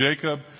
Jacob